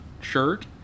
shirt